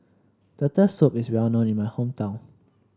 Turtle Soup is well known in my hometown